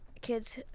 kids